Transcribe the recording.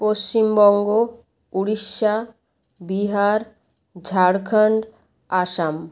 Paschimbanga Orissa Bihar Jharkhand Assam